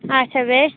آچھا بیٚیہِ